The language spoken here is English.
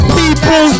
people